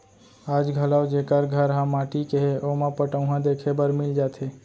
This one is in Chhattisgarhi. आज घलौ जेकर घर ह माटी के हे ओमा पटउहां देखे बर मिल जाथे